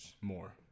more